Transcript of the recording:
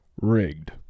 Rigged